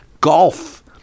golf